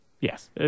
Yes